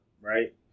right